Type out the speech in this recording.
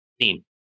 team